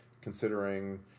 considering